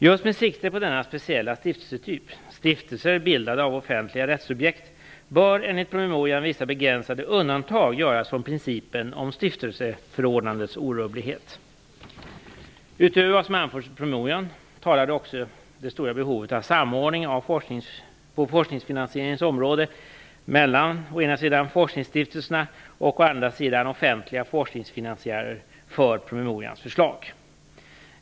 Just med sikte på denna speciella stiftelsetyp - stiftelser bildade av offentliga rättssubjekt - bör enligt promemorian vissa begränsade undantag göras från principen om stiftelseförordnandets orubblighet. Utöver vad som anförs i promemorian talar också det stora behovet av samordning på forskningsfinansieringens område mellan å ena sidan forskningsstiftelserna och å andra sidan offentliga forskningsfinansiärer för promemorians förslag.